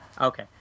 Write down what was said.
Okay